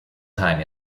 time